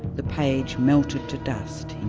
the page melted to dust